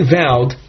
vowed